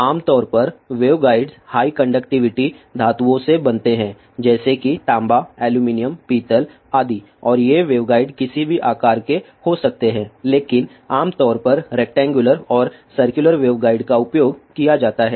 आम तौर पर वेवगाइड्स हाई कंडक्टिविटी धातुओं से बनते हैं जैसे कि तांबा एल्यूमीनियम पीतल आदि और ये वेवगाइड किसी भी आकार के हो सकते हैं लेकिन आम तौर पर रेक्टेंगुलर और सर्कुलर वेवगाइड का उपयोग किया जाता है